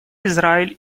израиль